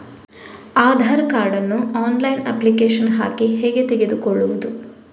Aadhaar card ನ್ನು online application ಹಾಕಿ ಹೇಗೆ ತೆಗೆದುಕೊಳ್ಳುವುದು?